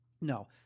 No